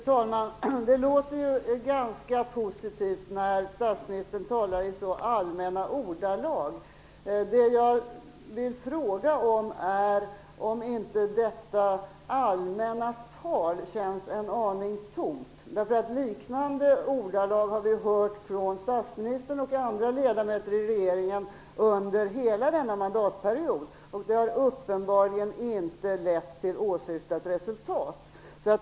Fru talman! Det låter ganska positivt när statsministern talar i så allmänna ordalag. Men känns inte inte detta allmänna tal en aning tomt? Liknande ordalag har vi ju hört från statsministern och andra ledamöter i regeringen under hela denna mandatperiod. Uppenbarligen har det inte fått åsyftat resultat.